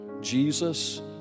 Jesus